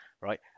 right